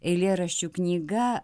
eilėraščių knyga